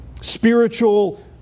Spiritual